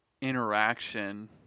interaction